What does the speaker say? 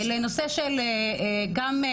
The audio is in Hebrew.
לנושא של גם,